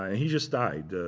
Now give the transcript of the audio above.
he just died